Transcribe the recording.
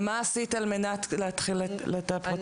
ומה עשית על מנת להתחיל את הפרוצדורה?